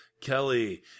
Kelly